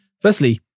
Firstly